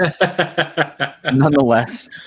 Nonetheless